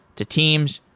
to teams,